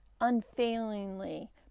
unfailingly